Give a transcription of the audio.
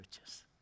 riches